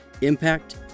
impact